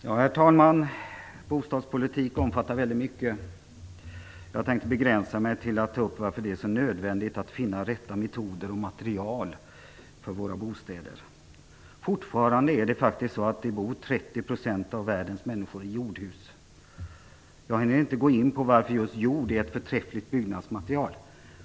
Herr talman! Bostadspolitik omfattar väldigt mycket. Jag tänker begränsa mig till att ta upp varför det är så nödvändigt att finna rätta metoder och material för våra bostäder. Fortfarande bor 30 % av världens människor i jordhus. Jag skall nu inte gå in på varför just jord är ett förträffligt byggnadsmaterial.